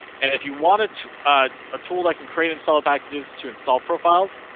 and if you wanted to ah a tool that can create installer packages to install profiles.